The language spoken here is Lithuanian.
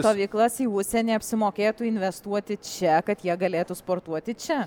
stovyklas į užsienį apsimokėtų investuoti čia kad jie galėtų sportuoti čia